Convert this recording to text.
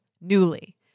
Newly